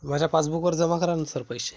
माझ्या पासबुकवर जमा करा नं सर पैसे